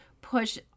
push